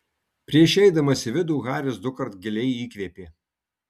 prieš įeidamas į vidų haris dukart giliai įkvėpė